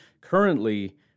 currently